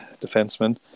defenseman